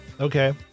Okay